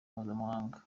mpuzamahanga